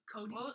Cody